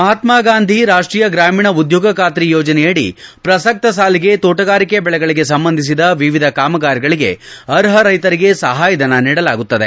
ಮಹಾತ್ಮಗಾಂಧಿ ರಾಷ್ಟೀಯ ಗ್ರಾಮೀಣ ಉದ್ಯೋಗ ಖಾತ್ರಿ ಯೋಜನೆಯಡಿ ಪ್ರಸಕ್ತ ಸಾಲಿಗೆ ತೋಟಗಾರಿಕೆ ಬೆಳೆಗಳಗೆ ಸಂಬಂಧಿಸಿದ ವಿವಿಧ ಕಾಮಗಾರಿಗಳಿಗೆ ಅರ್ಹ ರೈತರಿಗೆ ಸಹಾಯಧನ ನೀಡಲಾಗುತ್ತದೆ